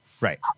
Right